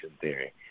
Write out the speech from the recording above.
theory